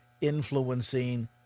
influencing